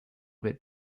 bit